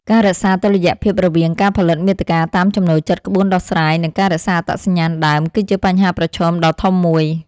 ការរក្សាតុល្យភាពរវាង ការផលិតមាតិកាតាមចំណូលចិត្តក្បួនដោះស្រាយ និង ការរក្សាអត្តសញ្ញាណដើម គឺជាបញ្ហាប្រឈមដ៏ធំមួយ។